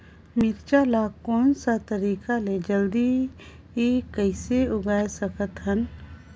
मिरचा ला कोन सा तरीका ले जल्दी कइसे उगाय सकथन?